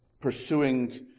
pursuing